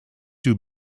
visit